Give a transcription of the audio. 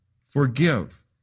forgive